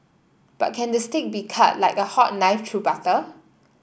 but can the steak be cut like a hot knife through butter